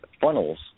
funnels